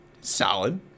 solid